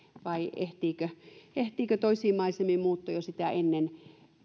vai ehtiikö jo muuttaa toisiin maisemiin sitä ennen